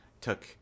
took